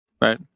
Right